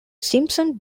simpson